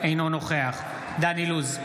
אינו נוכח דן אילוז,